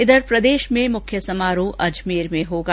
इधर प्रदेश में मुख्य समारोह अजमेर में होगा